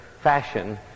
fashion